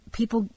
people